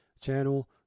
channel